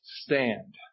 stand